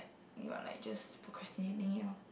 you're like just procrastinating it lor